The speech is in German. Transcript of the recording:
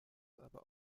aber